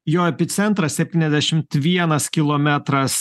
jo epicentras septyniasdešimt vienas kilometras